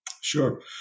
Sure